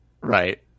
Right